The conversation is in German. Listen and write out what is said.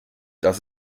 das